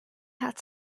had